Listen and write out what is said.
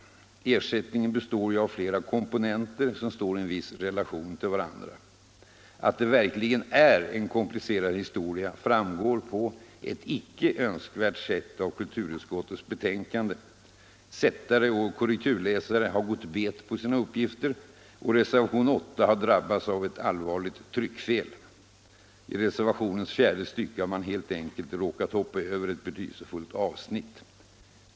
Ersättningen består av flera komponenter, som står i viss relation till varandra. Att det verkligen är en komplicerad historia framgår på ett icke önskvärt sätt av kulturutskottets betänkande. Sättare och korrekturläsare har gått bet på sina uppgifter och reservationen 8 har drabbats av ett allvarligt tryckfel. I reservationens fjärde stycke har man helt enkelt råkat hoppa över ett betydelsefullt avsnitt.